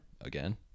again